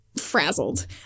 frazzled